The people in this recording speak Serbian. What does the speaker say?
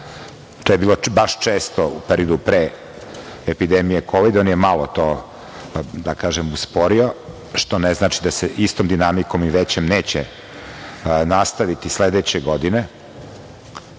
to je bilo baš često u periodu pre epidemije kovida, on je malo to, da kažem usporio, što ne znači da se istom dinamikom neće nastaviti sledeće godine,